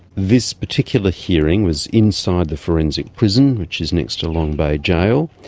this particular hearing was inside the forensic prison which is next to long bay jail,